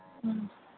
ꯎꯝ